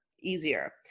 easier